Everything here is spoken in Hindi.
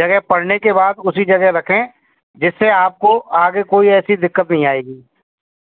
जगह पढ़ने के बाद उसी जगह रखें जिससे आपको आगे कोई ऐसी दिक्कत नहीं आएगी